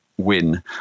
win